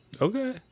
okay